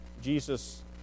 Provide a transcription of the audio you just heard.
Jesus